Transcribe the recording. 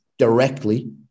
Directly